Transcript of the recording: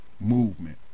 movement